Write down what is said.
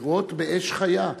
לירות באש חיה,